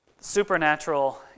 supernatural